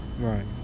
Right